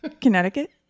Connecticut